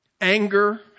anger